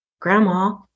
grandma